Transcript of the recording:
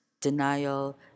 Denial